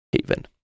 haven